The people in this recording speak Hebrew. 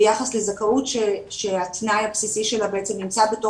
ביחס לזכאות שהתנאי הבסיסי שלה בעצם נמצא בתוך